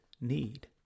need